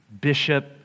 bishop